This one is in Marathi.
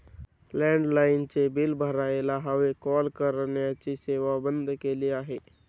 लँडलाइनचे बिल भरायला हवे, कॉल करण्याची सेवा बंद केली आहे